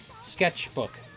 Sketchbook